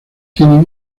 tienen